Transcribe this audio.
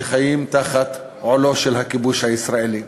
שחיים תחת עולו של הכיבוש הישראלי.